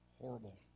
Horrible